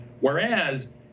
Whereas